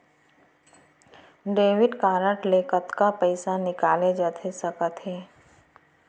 Debit card ले कतका पइसा निकाले जाथे सकत हे?